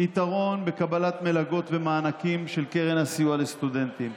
יתרון בקבלת מלגות ומענקים של קרן הסיוע לסטודנטים,